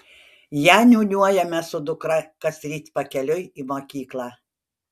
ją niūniuojame su dukra kasryt pakeliui į mokyklą